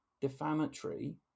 defamatory